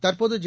தற்போது ஜெ